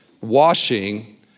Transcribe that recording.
washing